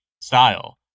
style